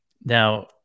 Now